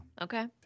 Okay